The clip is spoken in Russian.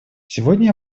сегодня